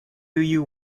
you